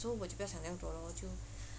我就不要讲这样多咯我就